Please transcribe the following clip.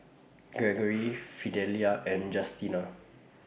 Gregory Fidelia and Justina